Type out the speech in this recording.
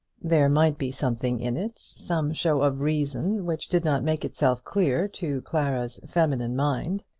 there might be something in it some show of reason which did not make itself clear to clara's feminine mind.